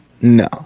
No